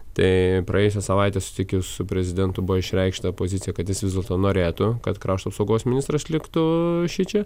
tai praėjusią savaitę susitikęs su prezidentu buvo išreikšta pozicija kad jis vis dėlto norėtų kad krašto apsaugos ministras liktų šičia